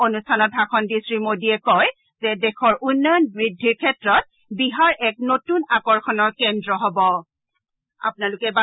অনুষ্ঠানত ভাষণ দি শ্ৰী মোডীয়ে কয় যে দেশৰ উন্নয়ন বৃদ্ধিৰ ক্ষেত্ৰত বিহাৰ এক নতুন আকৰ্ষণৰ কেন্দ্ৰ হ'ব